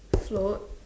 float